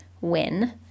win